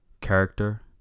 character